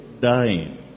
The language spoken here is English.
dying